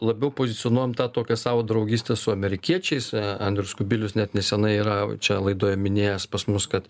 labiau pozicionuojam tą tokią savo draugystę su amerikiečiais andrius kubilius net neseniai yra čia laidoje minėjęs pas mus kad